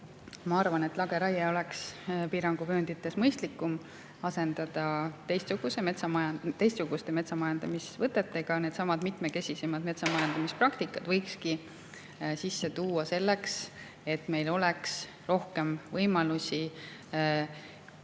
Ma arvan, et lageraie oleks piiranguvööndites mõistlikum asendada teistsuguste metsamajandamisvõtetega. Needsamad mitmekesisemad metsamajandamispraktikad võikski sisse tuua selleks, et meil oleks rohkem võimalusi